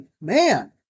man